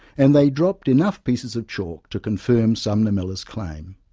and they dropped enough pieces of chalk to confirm sumer miller's claim.